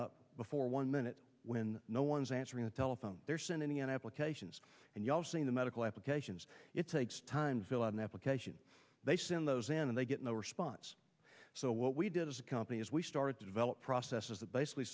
up before one minute when no one's answering the telephone they're sent in the an applications and you'll see the medical applications it takes time to fill out an application they send those and they get no response so what we did as a company is we started to develop processes that basically